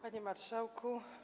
Panie Marszałku!